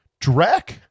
Drek